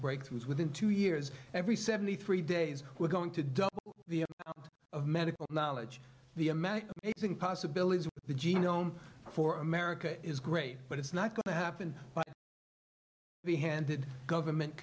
breakthroughs within two years every seventy three days we're going to double the medical knowledge the american possibilities the genome for america is great but it's not going to happen we handed government